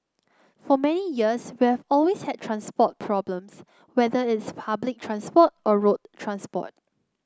for many years we've always had transport problems whether it's public transport or road transport